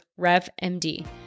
RevMD